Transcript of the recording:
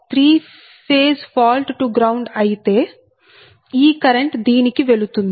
three phase fault to ground అయితే ఈ current దీనికి వెళుతుంది